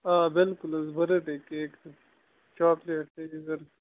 آ بِلکُل حظ بٔرٕتھ ڈے کیک تہِ چاکٕلیٹ تہِ